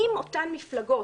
אם אותן מפלגות,